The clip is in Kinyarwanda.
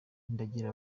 ndagira